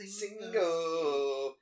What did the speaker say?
single